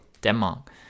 Denmark